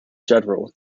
general